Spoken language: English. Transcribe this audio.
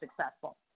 successful